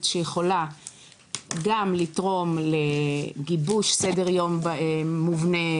שיכולה גם לתרום לגיבוש סדר יום מובנה,